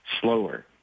slower